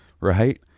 right